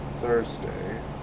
Thursday